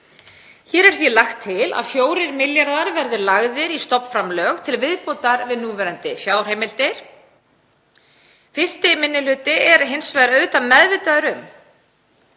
Hér er því lagt til að 4 milljarðar verði lagðir í stofnframlög til viðbótar við núverandi fjárheimildir. 1. minni hluti er hins vegar meðvitaður um